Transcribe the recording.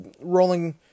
rolling